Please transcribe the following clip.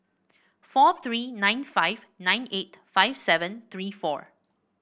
four three nine five nine eight five seven three four